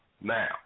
Now